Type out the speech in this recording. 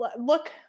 look